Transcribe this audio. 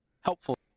helpful